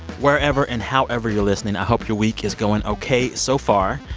wherever and however you're listening, i hope your week is going ok so far.